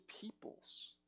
peoples